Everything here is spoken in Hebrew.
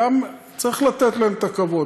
וגם צריך לתת להם את הכבוד.